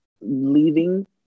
leaving